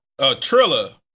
Trilla